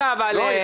לא,